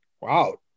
Wow